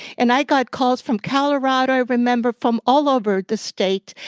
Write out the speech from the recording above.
and i got calls from colorado, i remember, from all over the state,